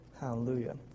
Hallelujah